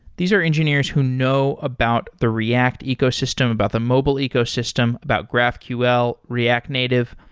these are engineers who know about the react ecosystem, about the mobile ecosystem, about graphql, react native.